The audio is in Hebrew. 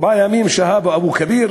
ארבעה ימים שהה באבו-כביר